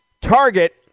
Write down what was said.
Target